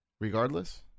regardless